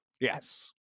Yes